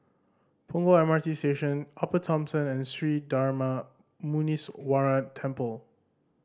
Punggol M R T Station Upper Thomson and Sri Darma Muneeswaran Temple